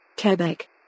Quebec